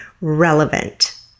relevant